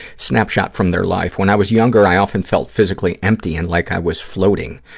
snapshot from their life. when i was younger, i often felt physically empty and like i was floating.